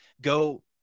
Go